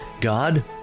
God